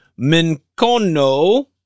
Mincono